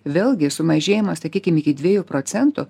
vėlgi sumažėjimas sakykim iki dviejų procentų